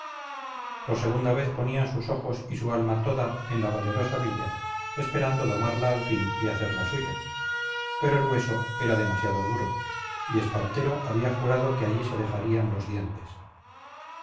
por segunda vez ponían sus ojos y su alma toda en la valerosa villa esperando domarla al fin y hacerla suya pero el hueso era demasiado duro y espartero había jurado que allí se dejarían los dientes